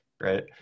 Right